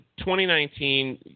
2019